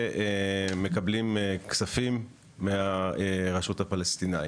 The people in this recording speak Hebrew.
ומקבלים כספים מהרשות הפלסטינית.